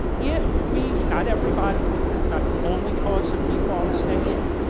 if we, not everybody that's not the only cause of deforestation,